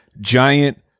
giant